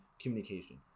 communication